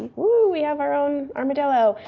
woo! we have our own armadillo!